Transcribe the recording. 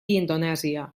indonèsia